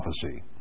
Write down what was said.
prophecy